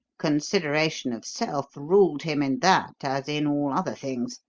consideration of self ruled him in that as in all other things.